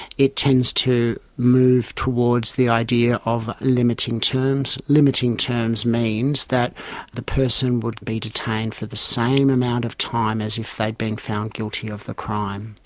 it tends to move towards the idea of limiting terms. limiting terms means that the person would be detained for the same amount of time as if they had been found guilty of the crime.